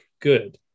good